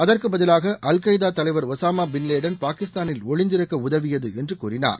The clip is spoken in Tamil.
அதற்கு பதிவாக அல் கொய்தா தலைவர் ஒசாமா பின்லேடன் பாகிஸ்தானில் ஒளிந்திருக்க உதவியது என்று கூறினார்